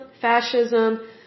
fascism